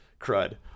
crud